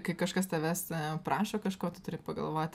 kai kažkas tavęs prašo kažko tu turi pagalvoti